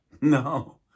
No